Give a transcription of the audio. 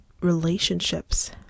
relationships